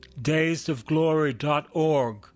daysofglory.org